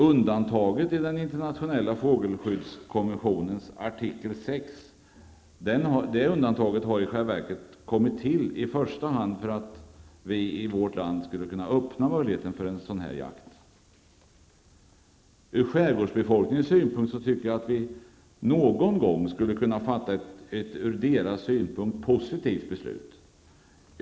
Undantaget i den internationella fågelskyddskonventionens artikel 6 har i själva verket i första hand tillkommit för att öppna möjligheten till en sådan jakt i vårt land. Jag tycker att vi någon gång skulle kunna fatta ett ur skärgårdsbefolkningens synpunkt positivt beslut.